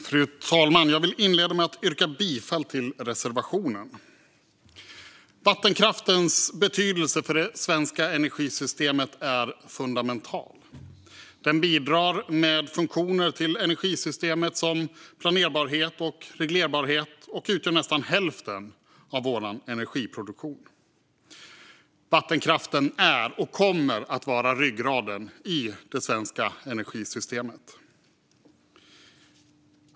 Fru talman! Jag vill inleda med att yrka bifall till reservationen. Vattenkraftens betydelse för det svenska energisystemet är fundamental. Den bidrar med funktioner till energisystemet som planerbarhet och reglerbarhet och utgör nästan hälften av vår energiproduktion. Vattenkraften är och kommer att vara ryggraden i det svenska energisystemet.